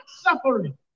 suffering